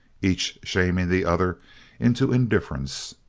each shaming the other into indifference.